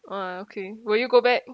!wah! okay will you go back